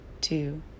two